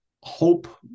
hope